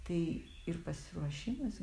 tai ir pasiruošimas